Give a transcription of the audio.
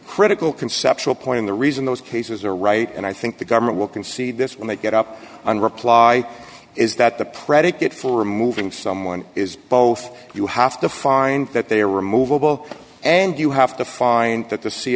critical conceptual point of the reason those cases are right and i think the government will concede this when they get up on reply is that the predicate for removing someone is both you have to find that they are removable and you have to find that the